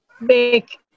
Make